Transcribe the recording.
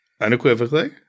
unequivocally